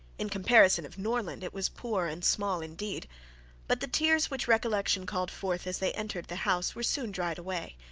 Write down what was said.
in comparison of norland, it was poor and small indeed but the tears which recollection called forth as they entered the house were soon dried away.